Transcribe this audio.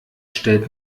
stellt